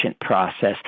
process